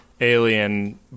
Alien